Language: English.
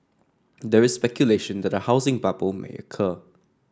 there is speculation that a housing bubble may occur